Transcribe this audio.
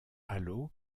allo